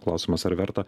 klausimas ar verta